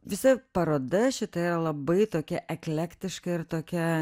visa paroda šita yra labai tokia eklektiška ir tokia